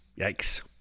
Yikes